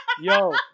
Yo